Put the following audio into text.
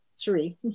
Three